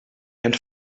and